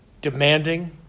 demanding